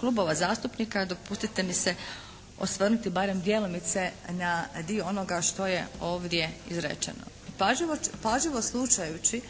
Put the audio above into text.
klubova zastupnika dopustite mi se osvrnuti barem djelomice na dio onoga što je ovdje izrečeno. Pažljivo slušajući